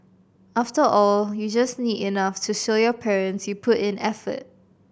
after all you just need enough to show your parents you put in effort